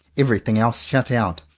everything else shut out,